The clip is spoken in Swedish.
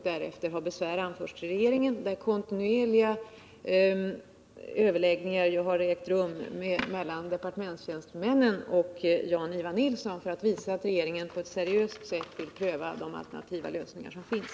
Därefter har besvär anförts till regeringen, och kontinuerliga överläggningar har ägt rum mellan departementstjänstemän och Jan-Ivan Nilsson, vilket visar att regeringen på ett seriöst sätt vill pröva de alternativa lösningar som finns.